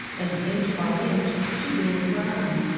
and inch by inch she gained ground.